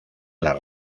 las